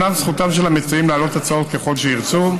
אומנם זכותם של המציעים להעלות הצעות ככל שירצו,